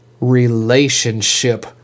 relationship